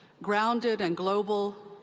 grounded and global,